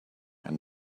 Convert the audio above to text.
and